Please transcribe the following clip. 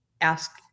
ask